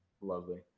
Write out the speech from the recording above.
Lovely